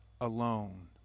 alone